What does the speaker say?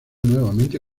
nuevamente